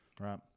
right